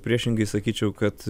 priešingai sakyčiau kad